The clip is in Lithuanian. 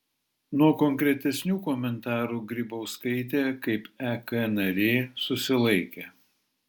nuo konkretesnių komentarų grybauskaitė kaip ek narė susilaikė